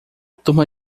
turma